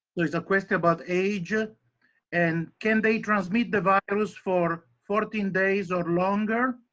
there's a question about age ah and can they transmit the virus for fourteen days or longer?